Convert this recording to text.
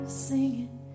singing